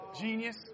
genius